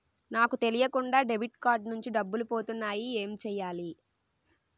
నాకు తెలియకుండా debit card నుంచి డబ్బులు పోతున్నాయి ఎం చెయ్యాలి?